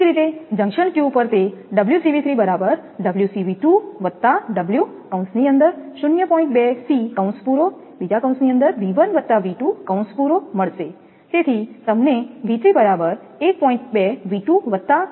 એ જ રીતે junction Q પર તે તેથી તમને V3 1